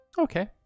Okay